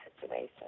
situation